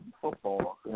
Football